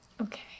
Okay